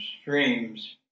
streams